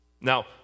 Now